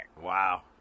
Wow